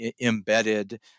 embedded